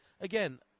again